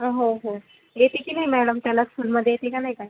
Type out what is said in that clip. हो हो हो येते की नाही मॅडम त्याला स्कूलमध्ये येते का नाही काही